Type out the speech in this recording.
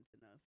enough